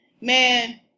man